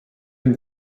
une